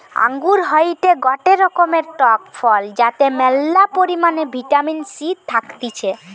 আঙ্গুর হয়টে গটে রকমের টক ফল যাতে ম্যালা পরিমাণে ভিটামিন সি থাকতিছে